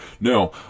No